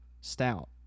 stout